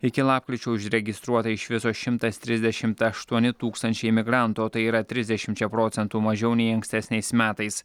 iki lapkričio užregistruota iš viso šimtas trisdešimt aštuoni tūkstančiai migrantų o tai yra trisdešimčia procentų mažiau nei ankstesniais metais